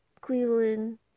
Cleveland